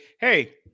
hey